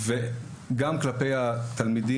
ואנחנו חייבים לראות גם כלפי התלמידים,